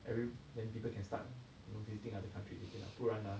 then people can start um you know visiting other countries again ah 不然 ah